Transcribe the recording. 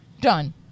Done